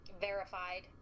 verified